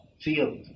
field